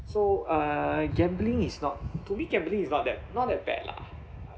so uh gambling is not to me gambling is not that not that bad lah